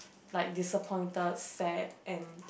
like disappointed sad and